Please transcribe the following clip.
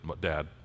dad